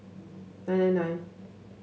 nine nine nine